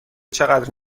چقدر